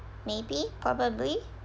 maybe probably